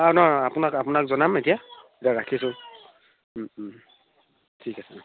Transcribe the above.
অঁ নহয় আপোনাক আপোনাক জনাম এতিয়া এতিয়া ৰাখিছোঁ ঠিক আছে